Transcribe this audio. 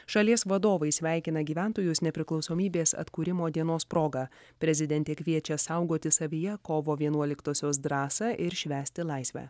šalies vadovai sveikina gyventojus nepriklausomybės atkūrimo dienos proga prezidentė kviečia saugoti savyje kovo vienuoliktosios drąsą ir švęsti laisvę